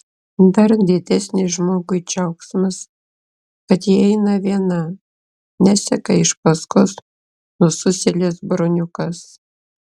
dar didesnis žmogui džiaugsmas kad ji eina viena neseka iš paskos nususėlis broniukas